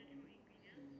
alright